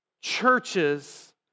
churches